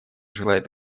желает